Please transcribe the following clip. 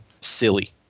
silly